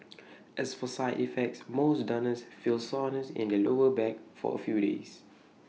as for side effects most donors feel soreness in the lower back for A few days